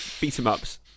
beat-em-ups